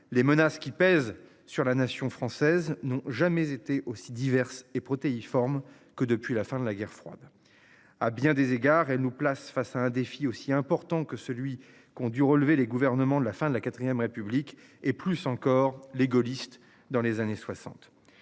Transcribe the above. les menaces qui pèsent sur la nation française n'ont jamais été aussi diverse et protéiforme que depuis la fin de la guerre froide. À bien des égards et nous place face à un défi aussi important que celui qu'ont dû relever les gouvernements de la fin de la IVe République et plus encore les gaullistes dans les années 60